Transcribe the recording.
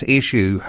issue